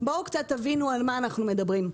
בואו קצת תבינו על מה אנחנו מדברים: